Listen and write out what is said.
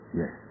yes